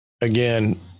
Again